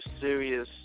serious